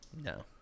No